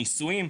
נישואין,